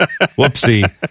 Whoopsie